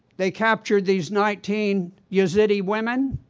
they captured these nineteen yazidi women,